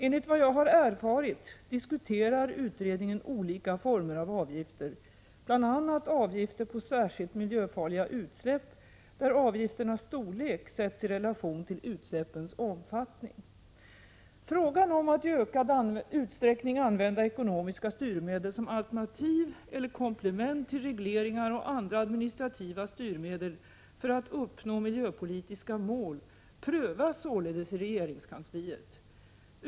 Enligt vad jag erfarit diskuterar utredningen olika former av avgifter, bl.a. avgifter på särskilt miljöfarliga utsläpp, där avgifternas storlek sätts i relation till utsläppens omfattning. Frågan om att i ökad utsträckning använda ekonomiska styrmedel som alternativ eller komplement till regleringar och andra administrativa styrmedel för att uppnå miljöpolitiska mål prövas således i regeringskansliet.